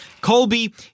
Colby